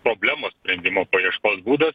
problemos sprendimo paieškos būdas